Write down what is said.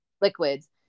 liquids